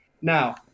now